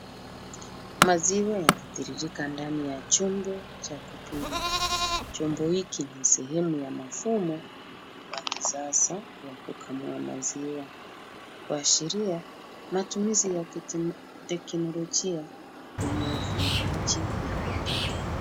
Maziwa yanatiririka ndani ya chombo cha kupima. Chombo hiki ni sehemu ya mafumo wa kisasa wa kukamua maziwa kuashiria matumizi ya teknolojia kwenye ufugaji yako mbele.